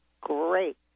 Great